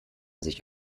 sich